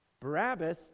Barabbas